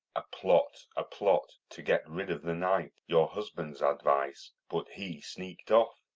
a plot, a plot, to get rid of the knight your husband's advice but he sneaked off.